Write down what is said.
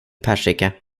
persika